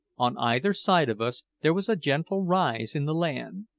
on either side of us there was a gentle rise in the land,